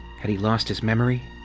had he lost his memory?